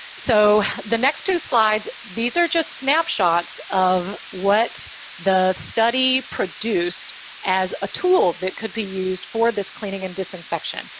so the next two slides, these are just snapshots of what the study produced as a tool that could be used for this cleaning and disinfection.